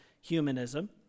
humanism